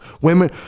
women